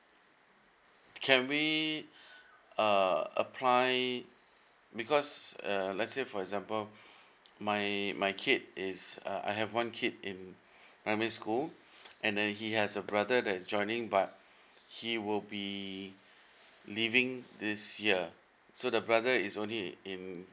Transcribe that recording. can we uh apply because uh let's say for example my my kid is I have one kid in primary school and then he has a brother that is joining but he would be leaving this year so the brother is only in